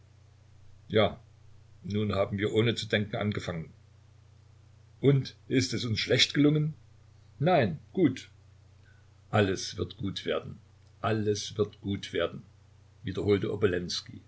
ja nun haben wir ohne zu denken angefangen und ist es uns schlecht gelungen nein gut alles wird gut werden alles wird gut werden wiederholte